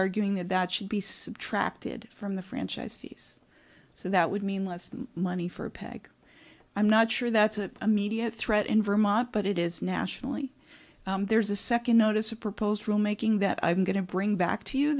arguing that that should be subtracted from the franchise fees so that would mean less money for a peg i'm not sure that's a immediate threat in vermont but it is nationally there's a second notice of proposed rule making that i'm going to bring back to you